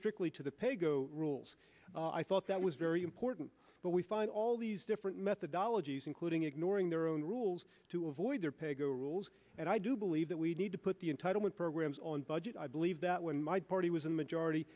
strictly to the pay go rules i thought that was very important but we find all these different methodologies including ignoring their own rules to avoid their pay go rules and i do believe that we need to put the entitlement programs on budget i believe that when my party was in majority